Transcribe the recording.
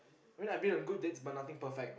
well I've been on good dates but nothing perfect